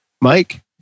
Mike